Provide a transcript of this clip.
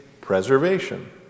preservation